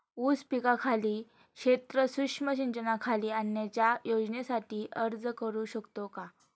ऊस पिकाखालील क्षेत्र सूक्ष्म सिंचनाखाली आणण्याच्या योजनेसाठी अर्ज करू शकतो का?